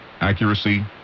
accuracy